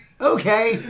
Okay